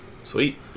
Sweet